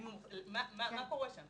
מה קורה שם?